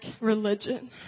religion